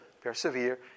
persevere